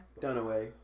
Dunaway